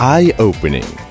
Eye-opening